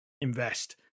invest